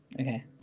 okay